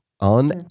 on